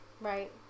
right